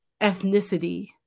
ethnicity